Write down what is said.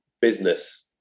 business